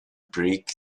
brick